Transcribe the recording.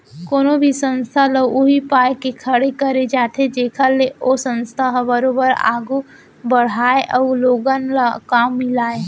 कोनो भी संस्था ल उही पाय के खड़े करे जाथे जेखर ले ओ संस्था ह बरोबर आघू बड़हय अउ लोगन ल काम मिलय